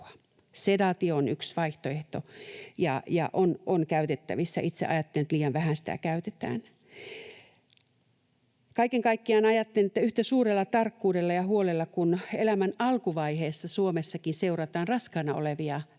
Sedaatio on yksi vaihtoehto ja on käytettävissä. Itse ajattelen, että liian vähän sitä käytetään. Kaiken kaikkiaan ajattelen, että yhtä suurella tarkkuudella ja huolella kuin elämän alkuvaiheessa Suomessakin seurataan raskaana olevia äitejä